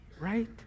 right